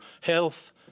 health